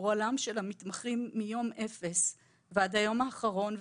בעולם של המתמחים מיום אפס ועד היום האחרון.